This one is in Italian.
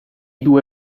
due